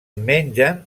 mengen